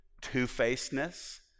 two-facedness